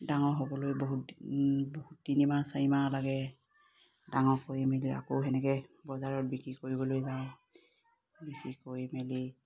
ডাঙৰ হ'বলৈ বহুত বহুত তিনিমাহ চাৰিমাহ লাগে ডাঙৰ কৰি মেলি আকৌ সেনেকে বজাৰত বিক্ৰী কৰিবলৈ যাওঁ বিক্ৰী কৰি মেলি